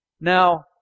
Now